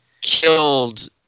killed